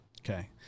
Okay